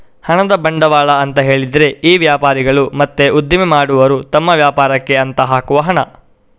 ಹಣದ ಬಂಡವಾಳ ಅಂತ ಹೇಳಿದ್ರೆ ಈ ವ್ಯಾಪಾರಿಗಳು ಮತ್ತೆ ಉದ್ದಿಮೆ ಮಾಡುವವರು ತಮ್ಮ ವ್ಯಾಪಾರಕ್ಕೆ ಅಂತ ಹಾಕುವ ಹಣ